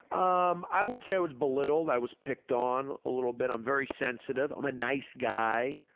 um, i would say i was belittled, i was picked on a little bit, i'm very sensitive. i'm a nice guy.